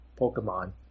Pokemon